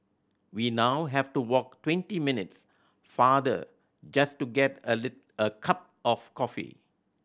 we now have to walk twenty minutes farther just to get a little a cup of coffee